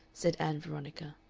said ann veronica.